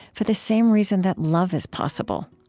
for the same reason that love is possible.